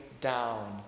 down